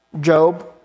Job